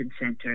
center